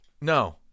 No